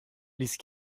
ließ